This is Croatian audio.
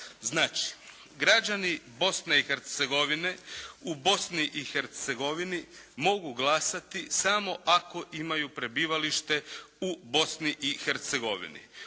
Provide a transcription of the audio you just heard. Znači, građani Bosne i Hercegovine u Bosni i Hercegovini mogu glasati samo ako imaju prebivalište u Bosni i Hercegovini.